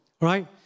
right